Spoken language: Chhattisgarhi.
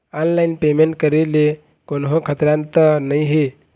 ऑनलाइन पेमेंट करे ले कोन्हो खतरा त नई हे न?